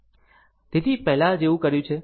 તેથી પહેલા જેવું કર્યું છે